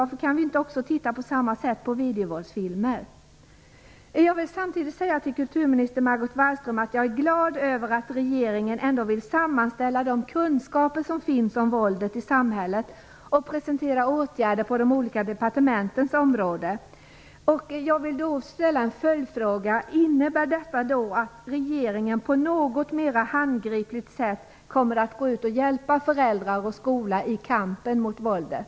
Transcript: Varför kan vi inte titta på videovåldsfilmer på samma sätt? Jag vill samtidigt säga till kulturminister Margot Wallström att jag är glad över att regeringen ändå vill sammanställa de kunskaper som finns om våldet i samhället och presentera åtgärder på de olika departementens områden. Jag vill ställa en följdfråga. Innebär detta att regeringen på ett mer handgripligt sätt kommer att gå ut och hjälpa föräldrar och skola i kampen mot våldet?